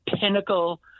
pinnacle